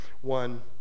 one